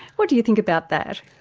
what do you think about that?